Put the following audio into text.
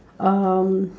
um